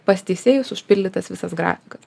pas teisėjus užpildytas visas grafikas